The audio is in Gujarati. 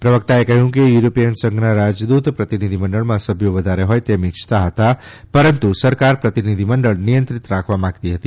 પ્રવક્તાએ કહ્યું કે યુરોપીય સંધના રાજદૂત પ્રતિનિધિમંડળમાં સભ્યો વધારે હોથ તેમ ઈચ્છતા હતા પરંતુ સરકાર પ્રતિનિધિમંડળ નિયંત્રિત રાખવા માંગતી હતી